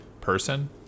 person